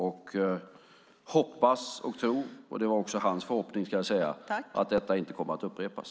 Jag hoppas och tror, och det var också hans förhoppning, att detta inte kommer att upprepas.